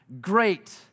great